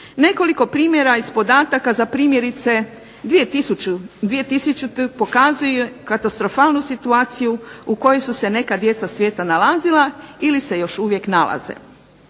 Nekoliko primjera iz podataka za primjerice 2000. pokazuje katastrofalnu situaciju u kojoj su se neka djeca svijeta nalazila ili se još uvijek nalaze.